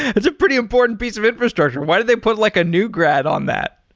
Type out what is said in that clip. it's a pretty important piece of infrastructure. why did they put like a new grad on that?